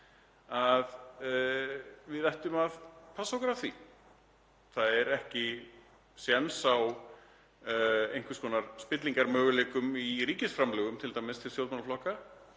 og við ættum að passa okkur á því. Það er ekki séns á einhvers konar spillingarmöguleikum í ríkisframlögum t.d. til stjórnmálaflokka.